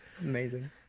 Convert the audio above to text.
Amazing